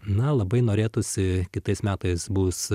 na labai norėtųsi kitais metais bus